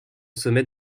sommet